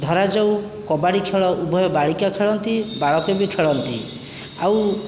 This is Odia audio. ଧରାଯାଉ କବାଡ଼ି ଖେଳ ଉଭୟ ବାଳିକା ଖେଳନ୍ତି ବାଳକ ବି ଖେଳନ୍ତି ଆଉ